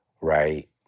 right